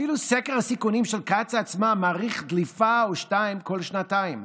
אפילו סקר הסיכונים של קצא"א עצמה מעריך דליפה או שתיים כל שנתיים.